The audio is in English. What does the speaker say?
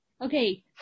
okay